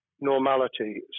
normality